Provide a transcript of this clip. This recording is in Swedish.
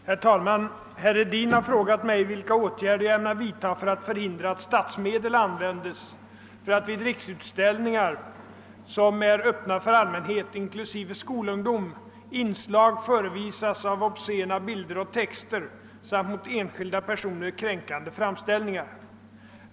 Herr talman! Herr Hedin har frågat mig vilka åtgärder jag ämnar vidtaga för att förhindra att statsmedel används för att vid riksutställningar som är Ööppna för allmänhet, inklusive skolungdom, inslag förevisas av obscena bilder och texter samt mot enskilda personer kränkande framställningar.